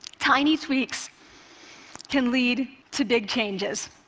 tiny tweaks can lead to big changes.